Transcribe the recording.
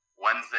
Wednesday